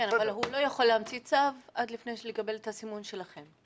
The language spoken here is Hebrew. אבל הוא לא יכול להמציא צו לפני שהוא מקבל את הסימון שלכם.